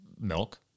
milk